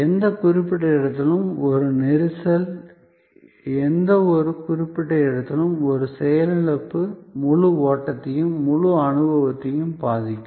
எந்த குறிப்பிட்ட இடத்திலும் ஒரு நெரிசல் எந்த ஒரு குறிப்பிட்ட இடத்திலும் ஒரு செயலிழப்பு முழு ஓட்டத்தையும் முழு அனுபவத்தையும் பாதிக்கும்